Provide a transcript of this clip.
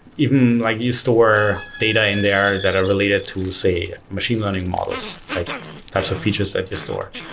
even like you store data in there that are related to say machine learning models, like types of features that you store.